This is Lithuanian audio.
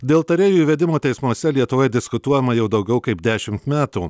dėl tarėjų įvedimo teismuose lietuvoj diskutuojama jau daugiau kaip dešimt metų